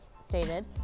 stated